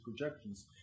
projections